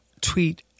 tweet